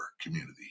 community